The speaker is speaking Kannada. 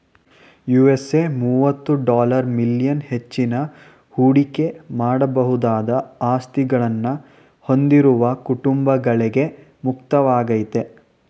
ಯು.ಎಸ್.ಎ ಮುವತ್ತು ಡಾಲರ್ ಮಿಲಿಯನ್ ಹೆಚ್ಚಿನ ಹೂಡಿಕೆ ಮಾಡಬಹುದಾದ ಆಸ್ತಿಗಳನ್ನ ಹೊಂದಿರುವ ಕುಟುಂಬಗಳ್ಗೆ ಮುಕ್ತವಾಗೈತೆ